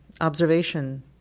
observation